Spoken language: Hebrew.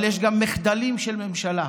אבל יש גם מחדלים של ממשלה,